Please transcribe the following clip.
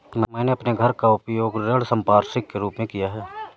मैंने अपने घर का उपयोग ऋण संपार्श्विक के रूप में किया है